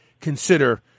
consider